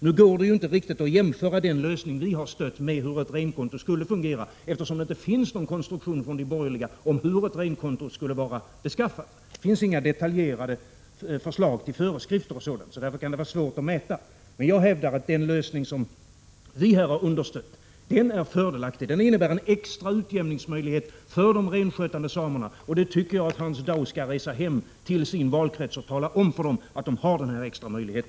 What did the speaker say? Nu går det ju inte riktigt att jämföra den lösning vi har stött med hur ett renkonto skulle fungera, eftersom det inte finns något detaljerat förslag från de borgerliga till föreskrifter som visar hur ett renkonto skulle vara beskaffat. Det kan alltså vara svårt att mäta. Men jag hävdar att den lösning som vi här har understött är fördelaktig. Den innebär en extra utjämningsmöjlighet för de renskötande samerna. Jag tycker att Hans Dau skall resa hem till sin valkrets och tala om för dessa att de har denna extra möjlighet.